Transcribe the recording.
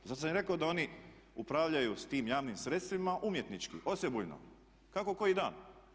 Zato sam i rekao da oni upravljaju s tim javnim sredstvima umjetnički, osebujno, kako koji dan.